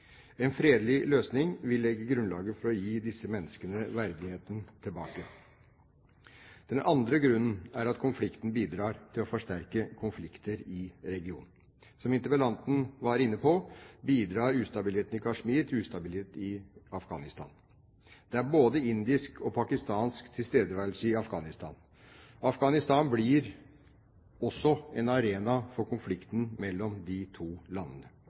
En fredelig løsning vil legge grunnlaget for å gi disse menneskene verdigheten tilbake. Den andre grunnen er at konflikten bidrar til å forsterke konflikter i regionen. Som interpellanten var inne på, bidrar ustabiliteten i Kashmir til ustabilitet i Afghanistan. Det er både indisk og pakistansk tilstedeværelse i Afghanistan. Afghanistan blir også en arena for konflikten mellom de to landene.